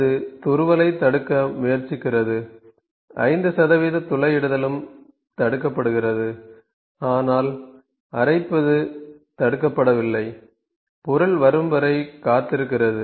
அது துருவலைத் தடுக்க முயற்சிக்கிறது 5 துளையிடுதலும் தடுக்கப்படுகிறது ஆனால் அரைப்பது தடுக்கப்படவில்லை பொருள் வரும் வரை காத்திருக்கிறது